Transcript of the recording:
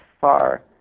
far